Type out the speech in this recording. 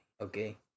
okay